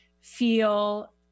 feel